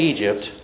Egypt